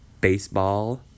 baseball